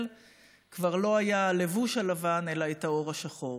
כבר לא היה הלבוש הלבן אלא העור השחור.